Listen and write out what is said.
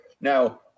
Now